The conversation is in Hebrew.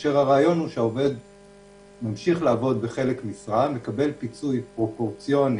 כאשר הרעיון הוא שהעובד ממשיך לעבוד בחלק משרה ומקבל פיצוי פרופורציוני